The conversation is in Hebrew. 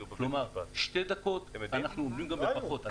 כלומר, שתי דקות, אנחנו עומדים גם בפחות.